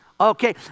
Okay